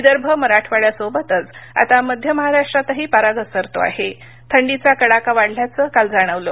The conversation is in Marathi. विदर्भ मराठवाड्यासोबतच आता मध्य महाराष्ट्रातही पारा घसरतो आहे थंडीचा कडाका वाढल्याचं काल जाणवलं